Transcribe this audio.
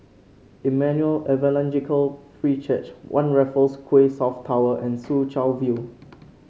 Emmanuel Evangelical Free Church One Raffles Quay South Tower and Soo Chow View